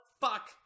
fuck